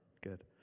Good